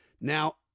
Now